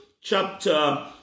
chapter